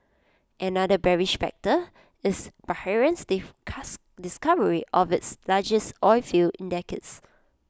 another bearish factor is Bahrain's discovery of its largest oilfield in decades